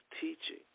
teaching